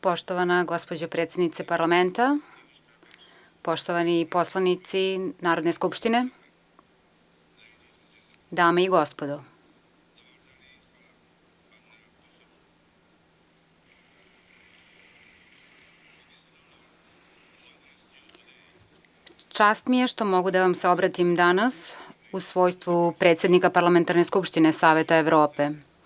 Poštovana gospođo predsednice parlamenta, poštovani poslanici Narodne skupštine, dame i gospodo, čast mi je što mogu da vam se obratim danas u svojstvu predsednika Parlamentarne skupštine Saveta Evrope.